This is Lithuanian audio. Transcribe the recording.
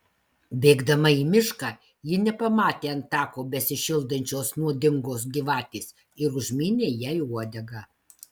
bėgdama į mišką ji nepamatė ant tako besišildančios nuodingos gyvatės ir užmynė jai uodegą